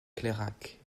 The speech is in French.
clairac